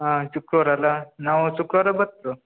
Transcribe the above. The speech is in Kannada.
ಹಾಂ ಶುಕ್ರವಾರ ಅಲ ನಾವು ಶುಕ್ರವಾರ ಬತ್